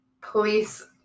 Police